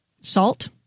salt